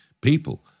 people